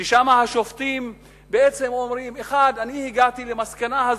ששם השופטים בעצם אומרים: אחד אני הגעתי למסקנה הזאת,